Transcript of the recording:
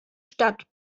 statt